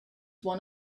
one